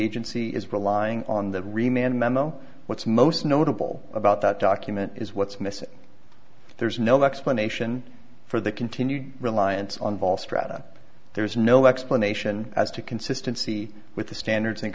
agency is relying on that remained memo what's most notable about that document is what's missing there's no explanation for the continued reliance on vaal strata there is no explanation as to consistency with the standards and